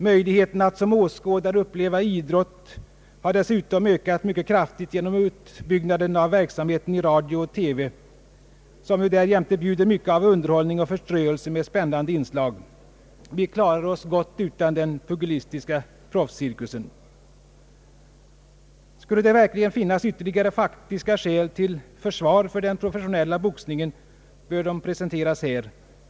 Möjligheterna att som åskådare uppleva idrott har dessutom ökat mycket kraftigt genom utbyggnaden av verksamheten i radio och TV, som ju därjämte bjuder mycket av underhållning och förströelse med spännande inslag. Vi klarar oss gott utan den pugilistiska proffscirkusen. Skulle det verkligen finnas ytterligare faktiska skäl för den professionella boxningen, bör de presenteras här.